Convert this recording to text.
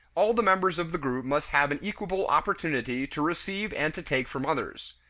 all the members of the group must have an equable opportunity to receive and to take from others.